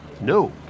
no